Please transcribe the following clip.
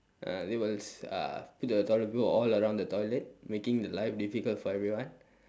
uh they will uh put the toilet paper all around the toilet making life difficult for everyone